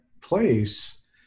place